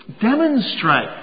demonstrate